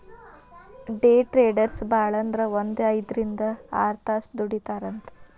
ಡೆ traders ಭಾಳಂದ್ರ ಒಂದ್ ಐದ್ರಿಂದ್ ಆರ್ತಾಸ್ ದುಡಿತಾರಂತ್